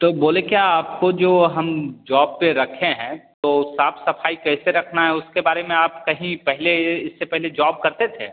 तो बोले क्या आपको जो हम जॉब पर रखे हैं तो साफ सफाई कैसे रखना है उसके बारे में आप कहीं पहले इससे पहले जॉब करते थे